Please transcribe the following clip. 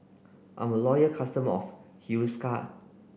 I'm loyal customer of Hiruscar